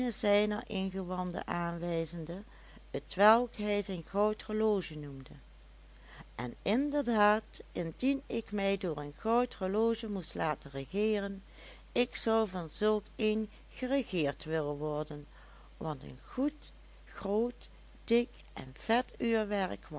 zijner ingewanden aanwijzende t welk hij zijn goud horloge noemde en inderdaad indien ik mij door een goud horloge moest laten regeeren ik zou van zulk een geregeerd willen worden want een goed groot dik en vet uurwerk